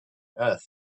earth